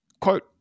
Quote